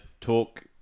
talk